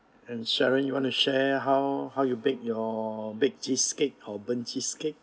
and sharon you want to share how how you bake your baked cheesecake or burnt cheesecake